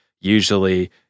usually